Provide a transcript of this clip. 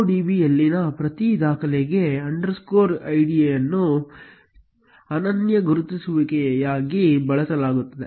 MongoDB ಯಲ್ಲಿನ ಪ್ರತಿ ದಾಖಲೆಗೆ ಅಂಡರ್ಸ್ಕೋರ್ ಐಡಿಯನ್ನು ಅನನ್ಯ ಗುರುತಿಸುವಿಕೆಯಾಗಿ ಬಳಸಲಾಗುತ್ತದೆ